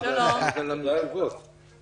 כמעט ולא קיימות בכלל.